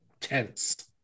tense